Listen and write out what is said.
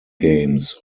games